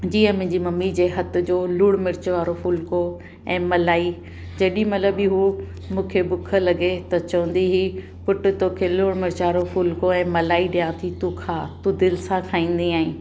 जीअं मुंहिंजी मम्मी जे हथ जो लूणु मिर्च वारो फुल्को ऐं मलाई जेॾी महिल बि हू मूंखे बुख लॻे त चवंदी ही पुटु तोखे लूणु मिर्च वारो फुल्को ऐं मलाई ॾियां थी तू खां तू दिलि सां खाईंदी आहीं